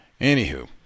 Anywho